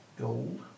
Gold